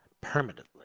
permanently